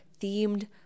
themed